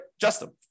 Justin